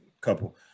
couple